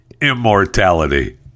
immortality